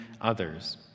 others